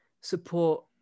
support